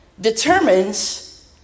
determines